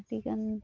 ᱟᱹᱰᱤᱜᱟᱱ